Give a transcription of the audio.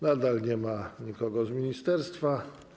Nadal nie ma nikogo z ministerstwa.